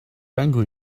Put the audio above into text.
angry